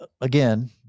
Again